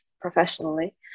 professionally